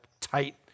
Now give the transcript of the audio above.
tight